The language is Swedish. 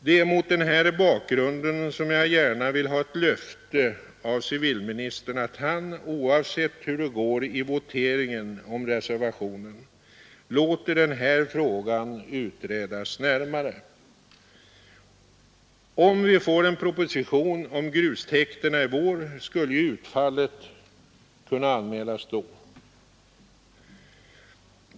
Det är mot den bakgrunden som jag gärna vill ha ett löfte av civilministern att han — oavsett hur det går i voteringen om reservationen — låter den här frågan utredas närmare. Om vi får en proposition om grustäkterna i vår, skulle ju utfallet kunna anmälas då.